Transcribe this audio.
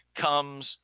comes